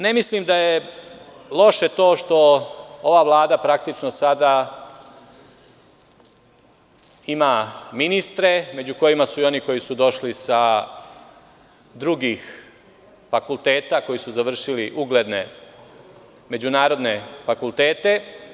Ne mislim da je loše to što ova vlada sada ima ministre među kojima su i oni koji su došli sa drugih fakulteta, koji su završili ugledne, međunarodne fakultete.